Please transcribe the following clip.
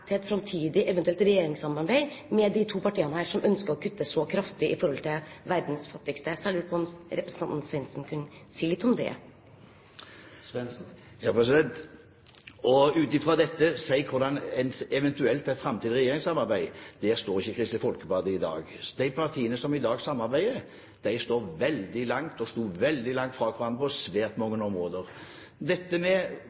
til et eventuelt framtidig regjeringssamarbeid med de to partiene som ønsker å kutte så kraftig i forhold til verdens fattigste. Jeg lurte på om representanten Svendsen kunne si litt om det. Ut fra dette å si hvordan et eventuelt framtidig regjeringssamarbeid vil bli, der står ikke Kristelig Folkeparti i dag. De partiene som i dag samarbeider, står og sto veldig langt fra hverandre på svært